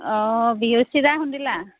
অঁ বিহুৰ চিৰা খুন্দিলাঁ